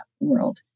world